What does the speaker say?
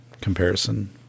comparison